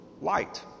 Light